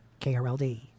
KRLD